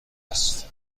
است